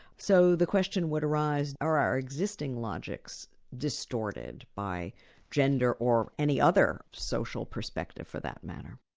so the question would arise are our existing logics distorted by gender, or any other social perspective for that matter?